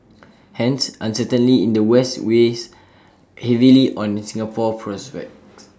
hence uncertainly in the west weighs heavily on Singapore's prospects